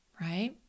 right